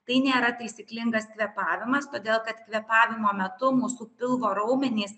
tai nėra taisyklingas kvėpavimas todėl kad kvėpavimo metu mūsų pilvo raumenys